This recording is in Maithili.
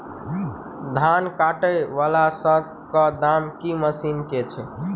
धान काटा वला सबसँ कम दाम केँ मशीन केँ छैय?